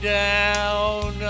down